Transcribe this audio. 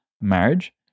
marriage